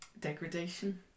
Degradation